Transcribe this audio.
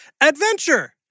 adventure